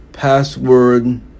password